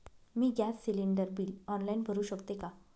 मी gas cylinder bill online भरु शकते का?